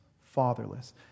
fatherless